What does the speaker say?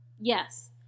Yes